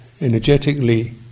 energetically